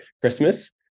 Christmas